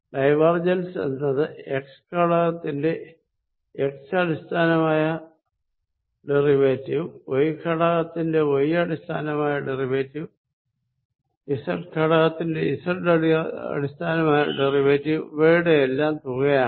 divergence എന്നത് x ഘടകത്തിന്റെ x അടിസ്ഥാനമായ ഡെറിവേറ്റീവ് y ഘടകത്തിന്റെ y അടിസ്ഥാനമായ ഡെറിവേറ്റീവ് z ഘടകത്തിന്റെ z അടിസ്ഥാനമായ ഡെറിവേറ്റീവ് ഇവയുടെ എല്ലാം തുകയാണ്